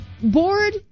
bored